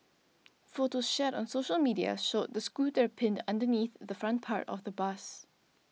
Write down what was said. photos shared on social media showed the scooter pinned underneath the front part of the bus